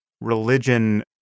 religion